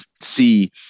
see